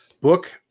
book